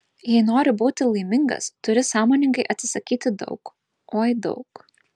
jei nori būti laimingas turi sąmoningai atsisakyti daug oi daug